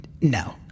No